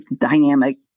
dynamic